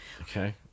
okay